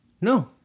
No